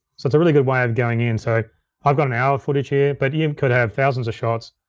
so it's a really good way of going in, so i've got an hour of footage here, but you could have thousands of shots.